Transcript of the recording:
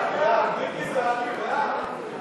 ההצעה להעביר את הצעת חוק לתיקון פקודת